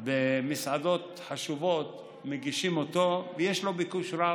מגישים אותו במסעדות חשובות ויש לו ביקוש רב,